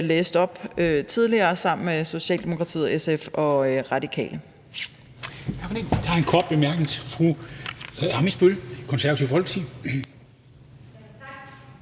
læste op tidligere på vegne af Socialdemokratiet, SF og Radikale.